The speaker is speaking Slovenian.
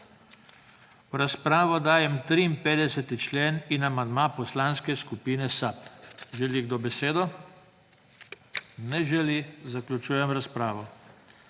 V razpravo dajem 53. člen ter amandma Poslanske skupine SAB. Želi kdo besedo? (Ne želi.) Zaključujem razpravo.